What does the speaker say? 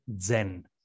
zen